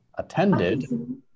Attended